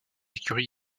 écurie